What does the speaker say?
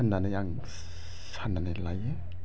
होननानै आं साननानै लायो